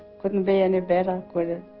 couldn't be any better with it